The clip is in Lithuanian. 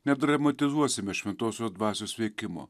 nedramatizuosime šventosios dvasios veikimo